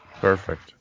Perfect